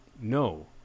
no